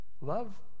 Love